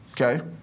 okay